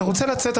אתה רוצה לצאת,